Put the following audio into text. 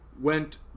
went